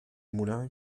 moulin